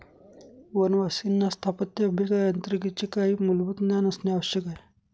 वनवासींना स्थापत्य अभियांत्रिकीचे काही मूलभूत ज्ञान असणे आवश्यक आहे